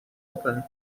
open